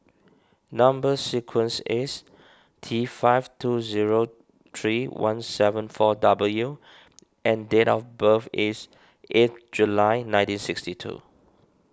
Number Sequence is T five two zero three one seven four W and date of birth is eighth July nineteen sixty two